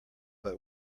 but